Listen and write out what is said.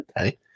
Okay